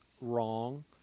wrong